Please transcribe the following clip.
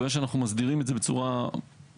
בוודאי שאנחנו מסדירים את זה בצורה מרכזית.